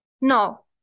no